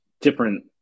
different